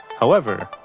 however,